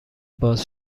باز